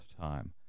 time